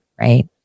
Right